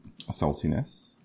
saltiness